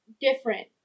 different